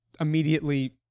immediately